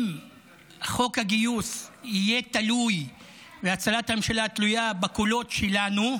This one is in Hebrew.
אם חוק הגיוס יהיה תלוי והצלת הממשלה תהיה תלויה בקולות שלנו,